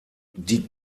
die